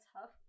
tough